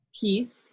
peace